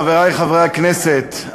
חברי חברי הכנסת,